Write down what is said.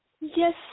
Yes